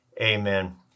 amen